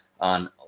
on